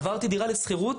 עברתי דירה לשכירות